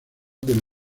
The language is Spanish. del